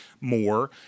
more